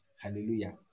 hallelujah